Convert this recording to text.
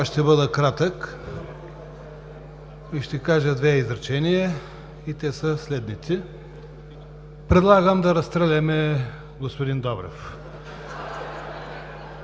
ще бъда кратък, ще кажа две изречения и те са следните: предлагам да разстреляме господин Добрев